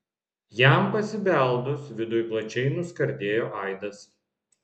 jam pasibeldus viduj plačiai nuskardėjo aidas